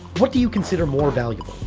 what do you consider more valuable,